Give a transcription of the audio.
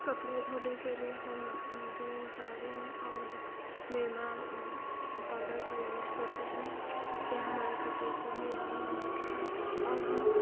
कपड़े धोने के लिए हम रिन साबुन और निरमा पाउडर का यूज करते हैं ये हमारे कपड़े को मुलायम बनाता है और हम